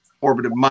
orbited